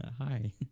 Hi